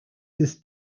this